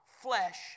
flesh